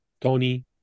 Tony